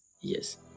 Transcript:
yes